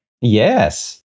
Yes